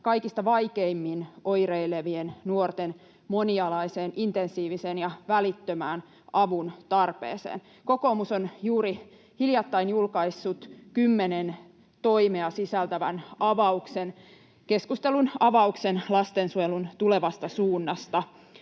kaikista vaikeimmin oireilevien nuorten monialaiseen, intensiiviseen ja välittömään avun tarpeeseen. Kokoomus on juuri hiljattain julkaissut kymmenen toimea sisältävän keskustelunavauksen lastensuojelun tulevasta suunnasta.